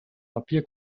papier